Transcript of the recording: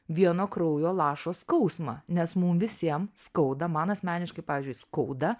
vieno kraujo lašo skausmą nes mum visiem skauda man asmeniškai pavyzdžiui skauda